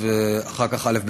ואחר כך א',